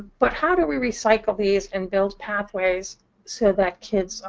but how do we recycle these and build pathways so that kids